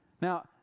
Now